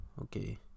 okay